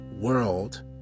world